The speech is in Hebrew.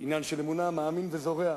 עניין של אמונה, מאמין וזורע.